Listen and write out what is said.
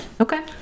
Okay